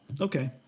okay